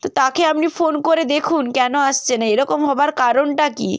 তো তাকে আপনি ফোন করে দেখুন কেন আসছে না এরকম হবার কারণটা কী